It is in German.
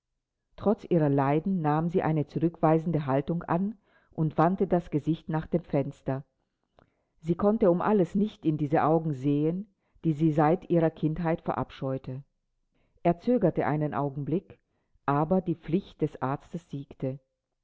trotz ihrer leiden nahm sie eine zurückweisende haltung an und wandte das gesicht nach dem fenster sie konnte um alles nicht in diese augen sehen die sie seit ihrer kindheit verabscheute er zögerte einen augenblick aber die pflicht des arztes siegte